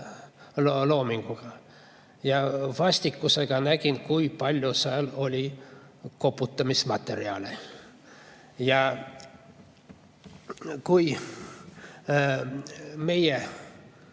loominguga. Vastikusega nägin, kui palju seal oli koputamismaterjale. Ma rääkisin